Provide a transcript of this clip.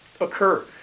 occur